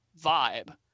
vibe